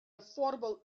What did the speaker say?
affordable